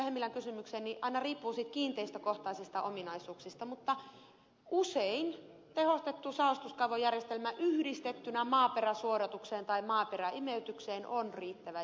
hemmilän kysymykseen aina riippuu niistä kiinteistökohtaisista ominaisuuksista mutta usein tehostettu saostuskaivojärjestelmä yhdistettynä maaperäsuodatukseen tai maaperäimeytykseen on riittävä järjestelmä tähän näin